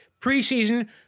preseason